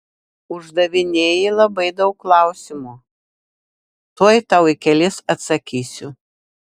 uždavinėji labai daug klausimų tuoj tau į kelis atsakysiu